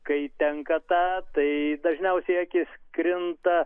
kai tenka tą tai dažniausiai į akis krinta